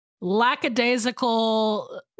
Lackadaisical